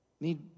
Need